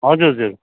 हजुर हजुर